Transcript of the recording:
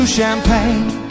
champagne